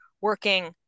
working